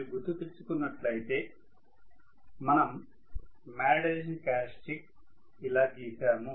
మీరు గుర్తుకుతెచ్చుకున్నట్లు అయితే మనం మాగ్నెటైజషన్ క్యారెక్టర్స్టిక్స్ ఇలా గీశాము